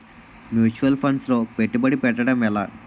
Mutual funds లో పెట్టుబడి పెట్టడం ఎలా?